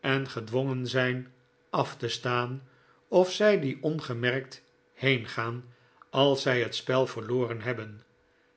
en gedwongen zijn af te staan of zij die ongemerkt heengaan als zij het spel verloren hebben